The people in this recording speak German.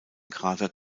krater